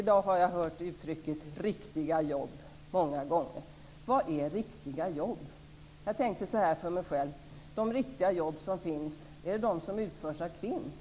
I dag har jag hört uttrycket riktiga jobb många gånger, Lennart Hedquist. Vad är riktiga jobb? Jag tänkte så här för mig själv: De riktiga jobb som finns, är det de som utförs av kvinns?